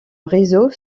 réseau